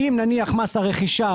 אם נניח מס הרכישה,